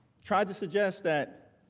tried to suggest that